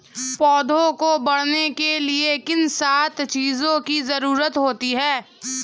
पौधों को बढ़ने के लिए किन सात चीजों की जरूरत होती है?